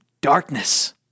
darkness